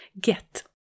get